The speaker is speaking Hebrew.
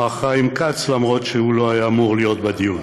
מר חיים כץ, למרות שהוא לא היה אמור להיות בדיון.